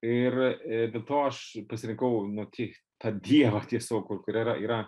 ir dėl to aš pasirinkau nu tik tą dievą tiesiog kur yra yra